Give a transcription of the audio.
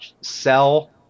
sell